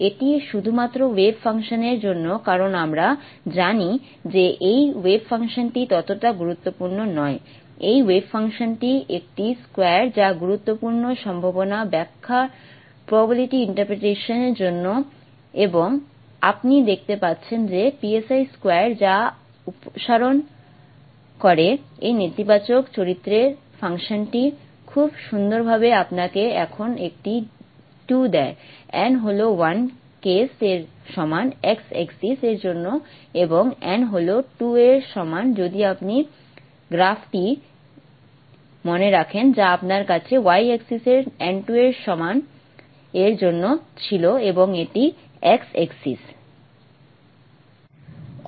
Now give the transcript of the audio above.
এটি শুধুমাত্র ওয়েভ ফাংশনের জন্য কারণ আমরা জানি যে এই ওয়েভ ফাংশনটি ততটা গুরুত্বপূর্ণ নয় এই ওয়েভ ফাংশনটি একটি স্কয়ার যা গুরুত্বপূর্ণ সম্ভাবনা ব্যাখ্যার জন্য এবং আপনি দেখতে পাচ্ছেন যে 2 যা অপসারণ করে এই নেতিবাচক চরিত্রের ফাংশনটি খুব সুন্দরভাবে আপনাকে এখন একটি 2 দেয় n হল 1 কেস এর সমান x এক্সিস এর জন্য এবং n হল 2 এর সমান যদি আপনি গ্রাফটি মনে রাখেন যা আপনার কাছে y এক্সিস এর n 2 এর সমান এর জন্য ছিল এবং এটি x এক্সিস